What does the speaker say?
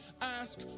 ask